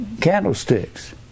candlesticks